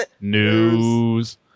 News